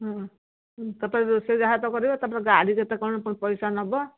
ହୁଁ ତାପରେ ରୋଷେଇ ଯାହା ତ କରିବ ତାପରେ ଗାଡ଼ି କେତେ କ'ଣ ପଇସା ନବ